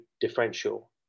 differential